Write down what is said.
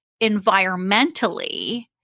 environmentally